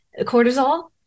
cortisol